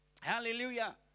hallelujah